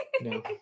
No